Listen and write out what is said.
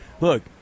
look